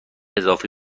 اضافه